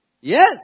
Yes